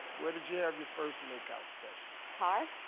where did you have your first make-out session? car?